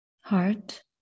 heart